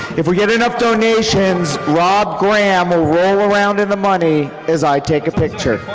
if we get enough donations, rob graham will roll around in the money as i take a picture.